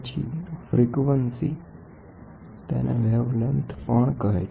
પછી આવૃતિ તેને વેવલેન્થ પણ કહે છે